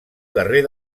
carrer